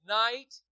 night